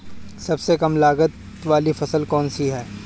सबसे कम लागत वाली फसल कौन सी है?